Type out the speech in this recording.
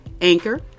Anchor